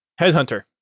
Headhunter